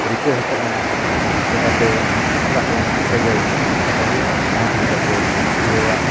ᱨᱤᱠᱟᱹ ᱟᱠᱟᱫᱟ ᱪᱤᱠᱟᱹᱛᱮ ᱩᱱᱠᱩ ᱥᱟᱞᱟᱜ ᱫᱚ ᱤᱧᱟᱹᱜ ᱥᱟᱹᱜᱟᱹᱭ ᱠᱷᱟᱴᱚ ᱜᱮᱭᱟ ᱚᱱᱟ ᱤᱫᱤ ᱠᱟᱛᱮᱫ ᱩᱱᱠᱩᱣᱟᱜ